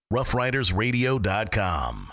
Roughridersradio.com